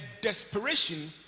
desperation